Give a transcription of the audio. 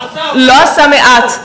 הוא לא עשה מעט.